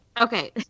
okay